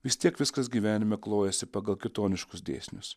vis tiek viskas gyvenime klojasi pagal kitoniškus dėsnius